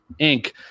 Inc